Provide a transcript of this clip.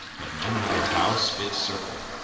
but no matter how spitz circled,